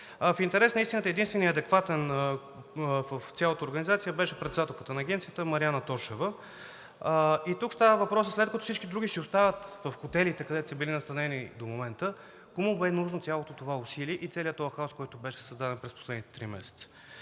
В интерес на истината единственият адекватен в цялата организация беше председателката на Агенцията Мариана Тошева. И тук остава въпросът, след като всички други си остават в хотелите, където са били настанени до момента, кому бе нужно цялото това усилие и целия този хаос, който беше създаден през последните три дни?